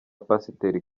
pasiteri